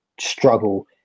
struggle